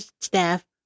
staff